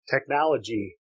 technology